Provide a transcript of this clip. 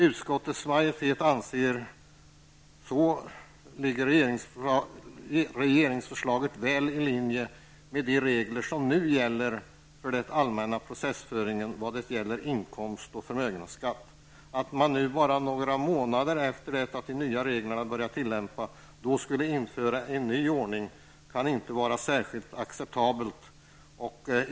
Utskottets majoritet anser att regeringsförslaget ligger väl i linje med de regler som nu gäller för det allmännas processföring beträffande inkomst och förmögenhetstaxering. Att nu, bara några månader efter att de nya reglerna börjat tillämpas, införa en ny ordning kan inte vara acceptabelt.